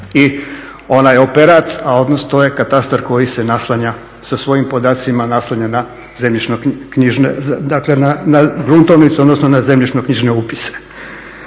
i onaj operat, a … to je katastar koji se naslanja sa svojim podacima naslanja na zemljišno knjižne, dakle